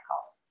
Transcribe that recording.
calls